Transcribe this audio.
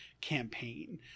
campaign